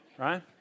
Right